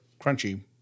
crunchy